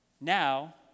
Now